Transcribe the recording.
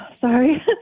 Sorry